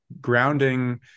grounding